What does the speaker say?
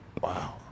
Wow